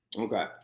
Okay